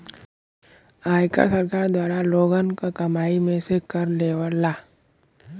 आयकर सरकार द्वारा लोगन क कमाई में से कर लेवला